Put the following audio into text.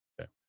Okay